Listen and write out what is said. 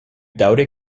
daŭre